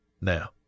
now